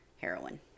heroin